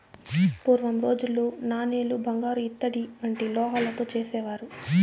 పూర్వం రోజుల్లో నాణేలు బంగారు ఇత్తడి వంటి లోహాలతో చేసేవారు